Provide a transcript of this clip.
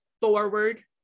forward